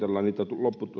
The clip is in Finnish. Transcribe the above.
niitä